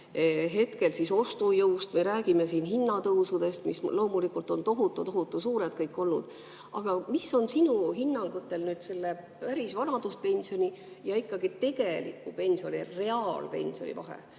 Me räägime ostujõust, me räägime hinnatõusudest, mis loomulikult on tohutu-tohutu suured olnud. Aga mis on sinu hinnangul selle päris vanaduspensioni ja tegeliku pensioni, reaalpensioni vahe,